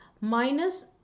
minus